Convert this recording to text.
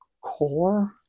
core